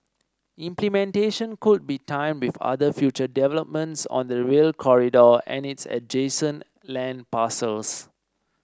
implementation could be timed with other future developments on the Rail Corridor and its adjacent land parcels